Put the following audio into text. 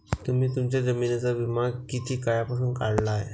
तुम्ही तुमच्या जमिनींचा विमा किती काळापासून काढला आहे?